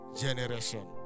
generation